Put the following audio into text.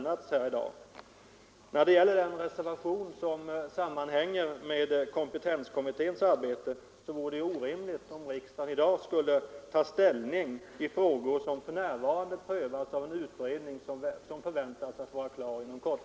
När det gäller den reservation som berör kompetenskommitténs arbete vill jag säga att det vore orimligt om riksdagen i dag skulle ta ställning till frågor som för närvarande prövas av en utredning som förväntas vara klar inom kort.